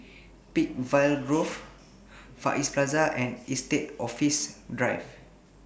Peakville Grove Far East Plaza and Estate Office Drive